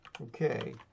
Okay